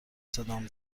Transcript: صدام